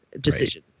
decision